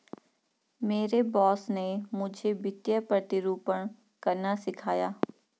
मेरे बॉस ने मुझे वित्तीय प्रतिरूपण करना सिखाया